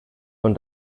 von